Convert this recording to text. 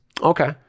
Okay